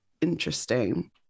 interesting